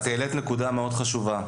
את העלית נקודה מאוד חשובה.